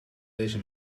deze